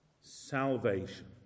Salvation